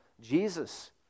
Jesus